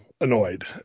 Annoyed